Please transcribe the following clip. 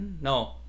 no